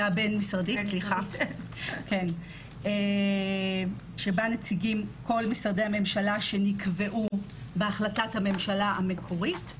שבה נציגים כל משרדי הממשלה שנקבעו בהחלטת הממשלה המקורית.